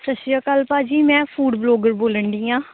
ਸਤਿ ਸ਼੍ਰੀ ਅਕਾਲ ਭਾਅ ਜੀ ਮੈਂ ਫੂਡ ਵਲੋਗਰ ਬੋਲਣ ਡੀ ਹਾਂ